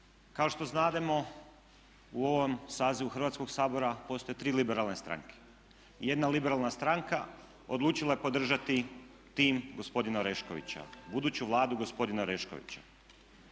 Kao što znademo u ovom sazivu Hrvatskog sabora postoje tri liberalne stranke. Jedna liberalna stranka odlučila je podržati tim gospodina Oreškovića, buduću Vladu gospodina Oreškovića.